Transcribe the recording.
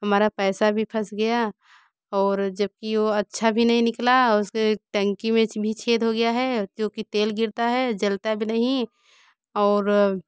हमारा पैसा भी फस गया और जब कि वो अच्छा भी नहीं निकला और उसके टंकी में भी छेद हो गया है जो कि तेल गिरता है जलता भी नहीं और